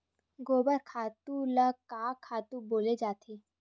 गोबर खातु ल का खातु बोले जाथे?